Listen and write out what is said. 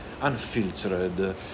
unfiltered